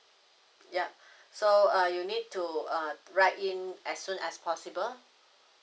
yup so uh you need to uh write in as soon as possible